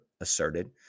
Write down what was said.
asserted